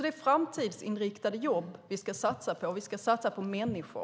Det är framtidsinriktade jobb vi ska satsa på, och vi ska satsa på människor.